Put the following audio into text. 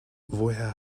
woher